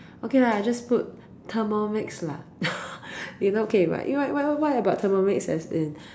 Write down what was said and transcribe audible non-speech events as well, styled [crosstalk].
okay lah just put thermomix lah [laughs] you know okay why why why about thermomix as in